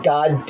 God